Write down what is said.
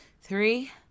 Three